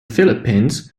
philippines